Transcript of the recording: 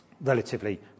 relatively